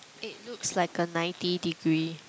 it looks like a ninety degree